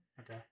Okay